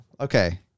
okay